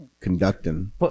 conducting